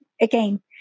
again